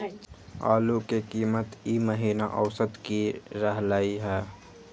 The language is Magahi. आलू के कीमत ई महिना औसत की रहलई ह?